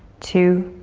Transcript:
two,